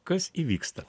kas įvyksta